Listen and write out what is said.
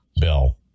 bill